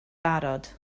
barod